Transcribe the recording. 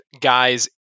guys